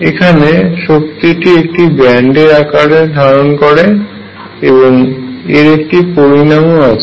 এখানে শক্তিটি একটি ব্যান্ড এর আকার ধারণ করে এবং এর একটি পরিণামও আছে